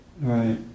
Right